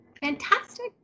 Fantastic